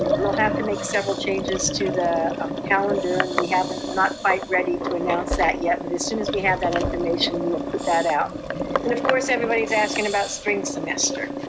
we'll have to make several changes to the um calendar and we haven't, we're not quite ready to announce that yet, but as soon as we have that information, we will put that out. and of course everybody's asking about spring semester.